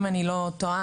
אם אני לא טועה,